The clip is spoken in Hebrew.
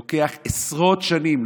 זה לוקח עשרות שנים,